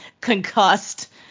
concussed